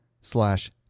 slash